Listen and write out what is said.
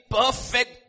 perfect